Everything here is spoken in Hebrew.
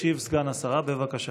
ישיב סגן השרה, בבקשה.